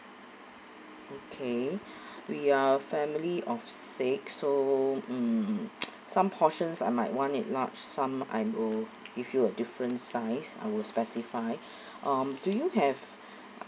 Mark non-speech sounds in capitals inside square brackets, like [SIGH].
okay we are family of six so mm [NOISE] some portions I might want it large some I'm will give you a different size I'll specify um do you have